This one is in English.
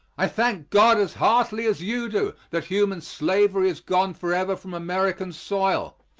i thank god as heartily as you do that human slavery is gone forever from american soil.